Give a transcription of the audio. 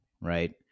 right